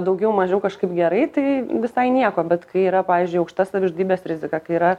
daugiau mažiau kažkaip gerai tai visai nieko bet kai yra pavyzdžiui aukšta savižudybės rizika kai yra